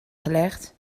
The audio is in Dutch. gelegd